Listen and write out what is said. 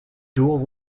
dual